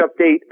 update